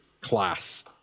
class